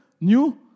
new